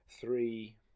three